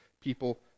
People